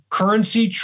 currency